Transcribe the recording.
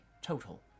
total